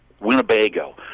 Winnebago